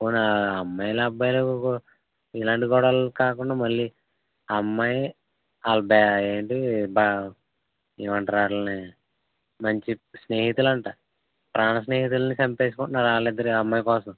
పోనీ అమ్మాయి అబ్బాయిలు ఇలాంటి గొడవలు కాకుండా మళ్ళీ అమ్మాయి వాళ్ళ బె ఏంటీ ఏమంటారు వాళ్లని మంచి స్నేహితులు అంట ప్రాణ స్నేహితులని చంపేసుకుంటున్నారు వాళ్ళిద్దరే అమ్మాయి కోసం